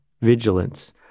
vigilance